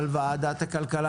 אבל ועדת הכלכלה